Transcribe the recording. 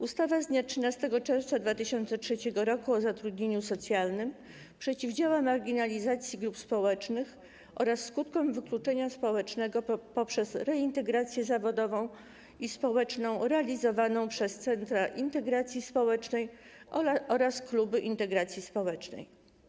Ustawa z dnia 13 czerwca 2003 r. o zatrudnieniu socjalnym przeciwdziała marginalizacji grup społecznych oraz skutkom wykluczenia społecznego poprzez reintegrację zawodową i społeczną realizowaną przez centra integracji społecznej oraz kluby integracji społecznej.